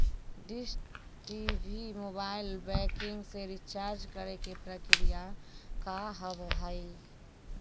Dish TV mobile banking से recharge करे के प्रक्रिया का हाव हई?